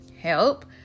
help